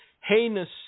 heinous